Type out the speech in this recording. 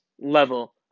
level